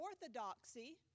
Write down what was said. orthodoxy